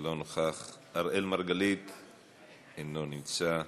אינו נוכח, אראל מרגלית, אינו נוכח,